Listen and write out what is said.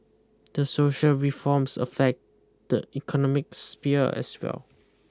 these social reforms affect the economic sphere as well